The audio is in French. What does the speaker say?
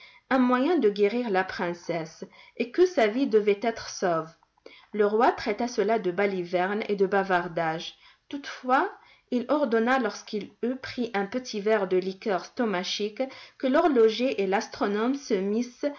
un moyen de guérir la princesse et que sa vie devait être sauve le roi traita cela de balivernes et de bavardages toutefois il ordonna lorsqu'il eut pris un petit verre de liqueur stomachique que l'horloger et l'astronome se missent